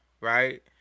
Right